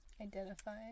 identify